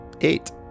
Eight